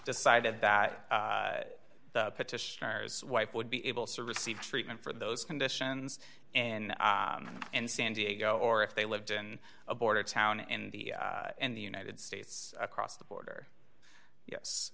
decided that the petitioner's wife would be able to receive treatment for those conditions in and san diego or if they lived in a border town in the in the united states across the border yes